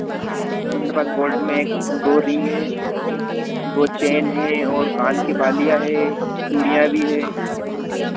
अपने पास गोल्ड में एक दो रिंग है दो चेन है और कान की बालियाँ है चूड़ियाँ भी है